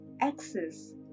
axis